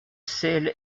sel